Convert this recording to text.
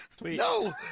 No